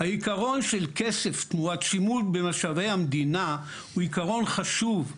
העיקרון של כסף תמורת שימוש במשאבי המדינה הוא עיקרון חשוב,